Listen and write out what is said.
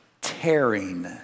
tearing